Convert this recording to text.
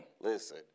Listen